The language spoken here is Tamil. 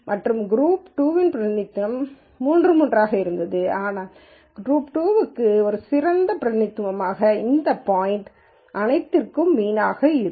மற்றும் குரூப் 2 பிரதிநிதித்துவம் 3 3 ஆக இருந்தது ஆனால் குரூப் 2 க்கு ஒரு சிறந்த பிரதிநிதித்துவம் இந்த பாய்ன்ட்கள் அனைத்திற்கும் மீன்யாக இருக்கும்